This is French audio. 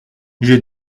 j’ai